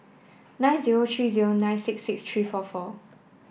nine zero three zero nine six six three four four